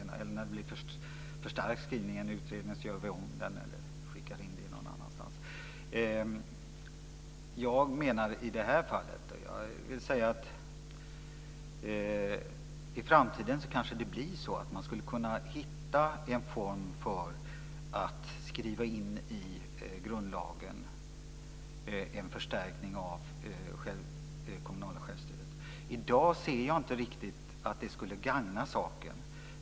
När det blir en för stark skrivning i en utredning gör vi om den eller skickar den någon annanstans. I framtiden kanske man skulle kunna hitta en form att skriva in en förstärkning av det kommunala självstyret i grundlagen. I dag ser jag inte riktigt att det skulle gagna saken.